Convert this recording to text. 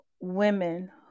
women